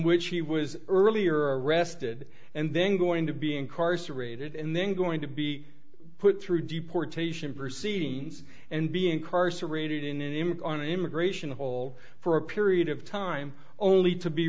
which he was earlier arrested and then going to be incarcerated and then going to be put through deportation proceedings and be incarcerated in an image on immigration hall for a period of time only to be